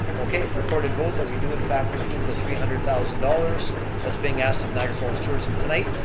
okay, recorded vote that we do in fact approve the three hundred thousand dollars that's being asked of niagara falls tourism. tonight,